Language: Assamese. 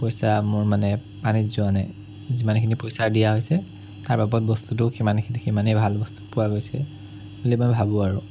পইচা মোৰ মানে পানীত যোৱা নাই যিমানখিনি পইচা দিয়া হৈছে তাৰ বাবদ বস্তুটোও সিমাখিনি সিমানেই ভাল বস্তু পোৱা গৈছে বুলি মই ভাবোঁ আৰু